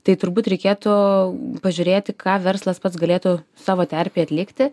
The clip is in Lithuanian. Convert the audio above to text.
tai turbūt reikėtų pažiūrėti ką verslas pats galėtų savo terpėj atlikti